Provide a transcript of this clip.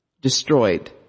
destroyed